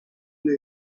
play